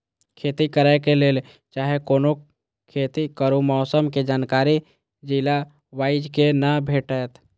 खेती करे के लेल चाहै कोनो खेती करू मौसम के जानकारी जिला वाईज के ना भेटेत?